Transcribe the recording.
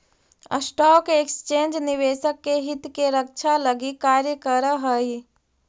stock exchange निवेशक के हित के रक्षा लगी कार्य करऽ हइ